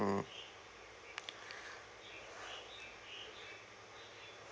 mm